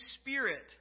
Spirit